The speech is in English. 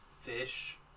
fish